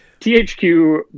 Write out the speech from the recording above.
thq